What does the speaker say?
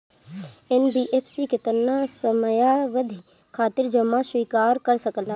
NBFC केतना समयावधि खातिर जमा स्वीकार कर सकला?